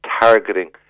targeting